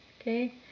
Okay